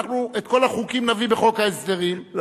את כל החוקים נביא בחוק ההסדרים.